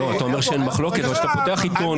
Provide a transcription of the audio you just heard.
אתה אומר שאין מחלוקת אבל כשאתה פותח עיתון,